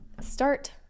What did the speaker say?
start